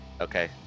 Okay